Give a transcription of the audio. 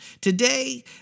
Today